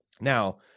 Now